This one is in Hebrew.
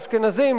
אשכנזים,